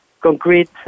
concrete